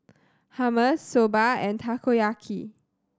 Hummus Soba and Takoyaki